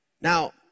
Now